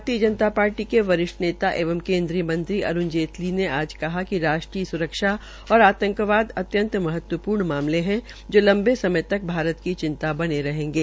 भारतीय जनता पार्टी के वरिष्ठ नेता एंव केन्द्रीय मंत्री अरूण जेटली ने आज कहा है िक राष्ट्रीय सुरक्षा और आतंकवाद अत्यंत महत्वपूर्ण मामले है जो लंबे समय समय तक भारत की चिंता बने रहेंगे